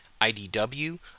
IDW